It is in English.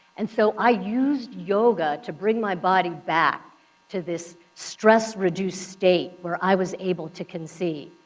and so i used yoga to bring my body back to this stress-reduced state where i was able to conceive.